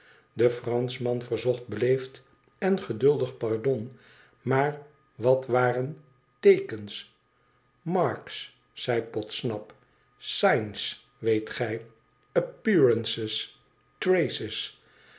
de franschman verzocht beleefd en geduldig pardon maar wat waren teekens marks zei podsnap signs weet gij